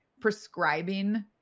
prescribing